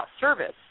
service